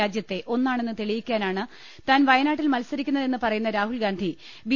രാജ്യത്തെ ഒന്നാണെന്ന് തെളിയിക്കാ നാണ് താൻ വയനാട്ടിൽ മത്സരിക്കുന്നതെന്ന് പറയുന്ന രാഹുൽ ഗാന്ധി ബി